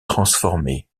transformer